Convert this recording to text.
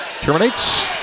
Terminates